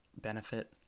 benefit